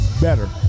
better